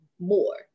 More